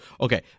okay